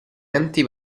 eventi